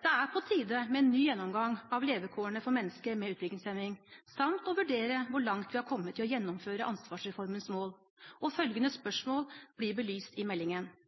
Det er på tide med en ny gjennomgang av levekårene for mennesker med utviklingshemming, samt å vurdere hvor langt vi har kommet i å gjennomføre ansvarsreformens mål. Følgende spørsmål blir belyst i meldingen: